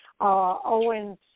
Owen's